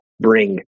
bring